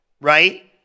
right